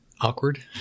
awkward